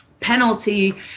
penalty